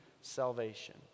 salvation